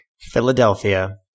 Philadelphia